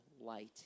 light